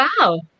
Wow